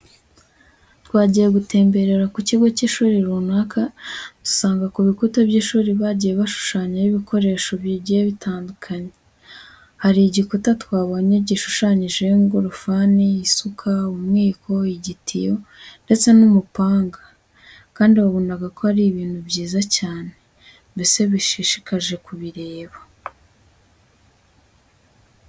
Twagiye gutemberera ku kigo cy'ishuri runaka, dusanga ku bikuta by'ishuri bagiye bashushanyaho ibikoresho bigiye bitandukanye. Hari igikuta twabonye gishushanyijeho ingorofani, isuka, umwiko, igitiyo ndetse n'umupanga kandi wabonaga ko ari ibintu byiza cyane, mbese bishishikaje kubireba.